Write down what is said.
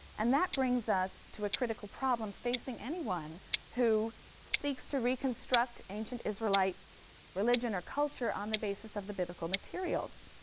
and that brings us to a critical problem facing anyone who seeks to reconstruct ancient israelite religion or culture on the basis of the biblical materials.